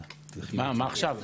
09:23.)